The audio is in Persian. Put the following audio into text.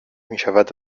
میشود